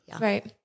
Right